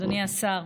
אדוני השר,